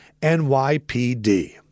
NYPD